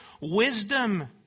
wisdom